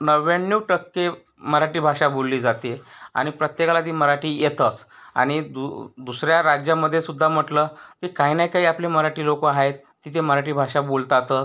नव्याण्णव टक्के मराठी भाषा बोलली जाते आणि प्रत्येकाला जी मराठी येते आणि दु दुसऱ्या राज्यामध्येसुद्धा म्हटलं की काही ना काही आपले मराठी लोकं आहेत की जे मराठी भाषा बोलतातच